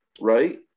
right